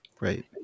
Right